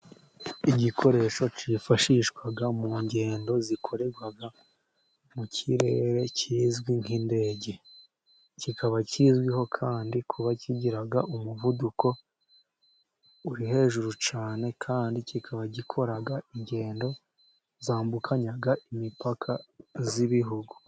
Igikoresho cyifashishwa mu ngendo zikorerwa mu kirere, kizwi nk'indege kikaba kizwiho kandi kuba kigira umuvuduko, uri hejuru cyane kandi kikaba gikora ingendo, zambukanya imipaka y'ibihugu.